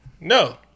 No